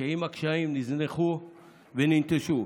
שעם הקשיים נזנחו וננטשו.